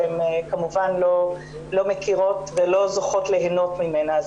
שהן כמובן לא מכירות ולא זוכות ליהנות ממנה.